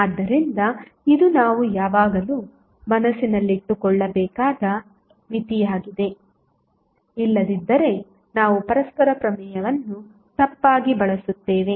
ಆದ್ದರಿಂದ ಇದು ನಾವು ಯಾವಾಗಲೂ ಮನಸ್ಸಿನಲ್ಲಿಟ್ಟುಕೊಳ್ಳಬೇಕಾದ ಮಿತಿಯಾಗಿದೆ ಇಲ್ಲದಿದ್ದರೆ ನಾವು ಪರಸ್ಪರ ಪ್ರಮೇಯವನ್ನು ತಪ್ಪಾಗಿ ಬಳಸುತ್ತೇವೆ